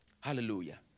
Hallelujah